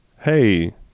hey